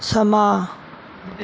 ਸਮਾਂ